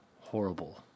horrible